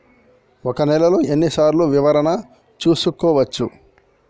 ఒక నెలలో ఎన్ని సార్లు వివరణ చూసుకోవచ్చు?